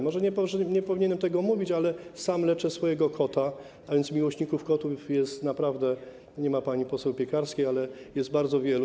Może nie powinienem tego mówić, ale sam leczę swojego kota, a więc miłośników kotów jest naprawdę - nie ma pani poseł Piekarskiej - bardzo wielu.